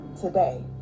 today